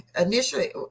Initially